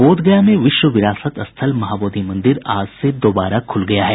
बोधगया में विश्व विरासत स्थल महाबोधि मंदिर आज से दोबारा खूल गया है